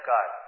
God